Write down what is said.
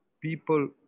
people